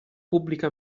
pubblica